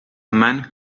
man